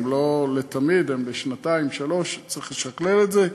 הן לא לתמיד, הן לשנתיים-שלוש, וצריך לשכלל את זה.